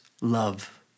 love